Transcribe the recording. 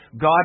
God